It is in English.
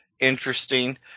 interesting